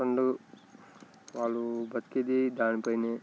and వాళ్ళు బ్రతికేది దాని పైనే